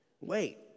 Wait